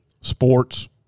sports